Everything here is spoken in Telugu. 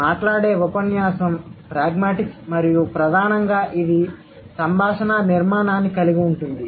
మాట్లాడే ఉపన్యాసం ప్రాగ్మాటిక్స్ మరియు ప్రధానంగా ఇది సంభాషణ నిర్మాణాన్ని కలిగి ఉంటుంది